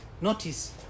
Notice